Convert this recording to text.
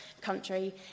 country